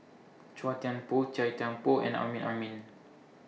Chua Thian Poh Chia Thye Poh and Amrin Amin